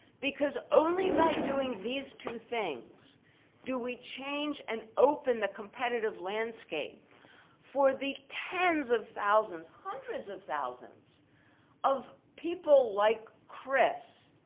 because only by doing these two things do we change and open the competitive landscape for the tens of thousands, hundreds of thousands of people like chris,